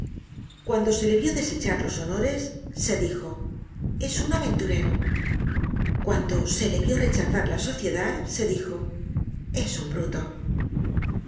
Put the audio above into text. cuando se le vió desechar los honores se dijo es un aventurero cuando se le vió rechazar la sociedad se dijo es un bruto